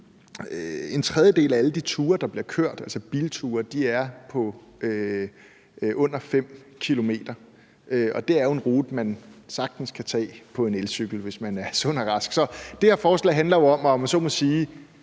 en tredjedel af alle de bilture, der bliver kørt, er på under 5 km, og det er jo en rute, man sagtens kan tage på en elcykel, hvis man er sund og rask. Så det her forslag handler jo, om man så må sige,